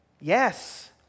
Yes